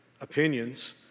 opinions